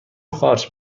قارچ